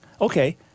Okay